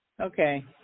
Okay